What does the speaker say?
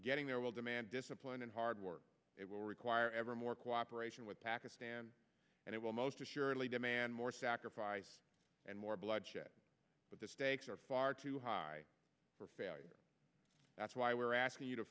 get in there will demand discipline and hard work it will require ever more cooperation with pakistan and it will most assuredly demand more sacrifice and more bloodshed but the stakes are far too high for failure that's why we're asking you to